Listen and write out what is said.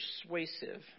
persuasive